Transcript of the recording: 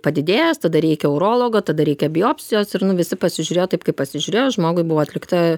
padidėjęs tada reikia urologo tada reikia biopsijos ir nu visi pasižiūrėjo taip kaip pasižiūrėjo žmogui buvo atlikta